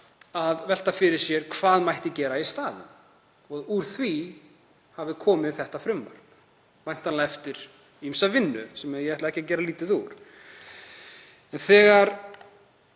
að velta fyrir sér hvað gera mætti í staðinn. Úr því hafi komið þetta frumvarp, væntanlega eftir ýmsa vinnu sem ég ætla ekki að gera lítið úr. Þegar